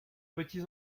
petits